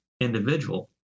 individual